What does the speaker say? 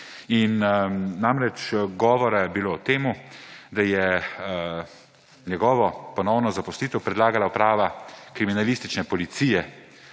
Namreč, govora je bilo o tem, da je njegovo ponovno zaposlitev predlagala Uprava kriminalistične policije,